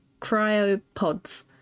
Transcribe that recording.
cryopods